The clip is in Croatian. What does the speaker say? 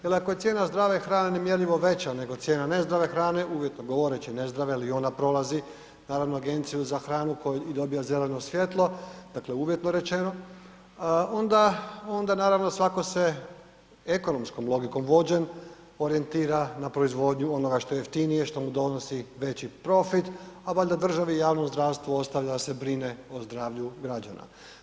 Jer ako je cijena zdrave hrane nemjerljivo veća nego cijene nezdrave hrane, uvjetno govoreći nezdrave jer i ona prolazi naravno Agenciju za hranu i dobija zeleno svjetlo, dakle uvjetno rečeno, onda naravno svako se ekonomskom logikom vođen orijentira na proizvodnju onoga što je jeftinije što mu donosi veći profit, a valjda državi i javnom zdravstvu ostavlja da se brine o zdravlju građana.